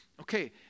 okay